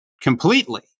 completely